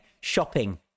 shopping